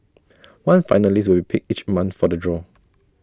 one finalist will be picked each month for the draw